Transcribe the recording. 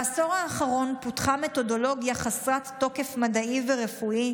בעשור האחרון פותחה מתודולוגיה חסרת תוקף מדעי ורפואי,